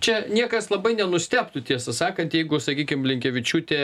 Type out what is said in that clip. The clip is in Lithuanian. čia niekas labai nenustebtų tiesą sakant jeigu sakykim blinkevičiūtė